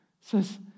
says